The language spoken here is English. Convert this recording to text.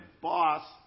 boss